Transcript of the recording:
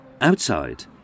outside